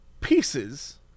pieces